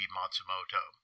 Matsumoto